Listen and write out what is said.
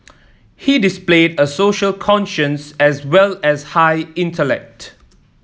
he displayed a social conscience as well as high intellect